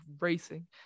racing